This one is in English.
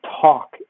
talk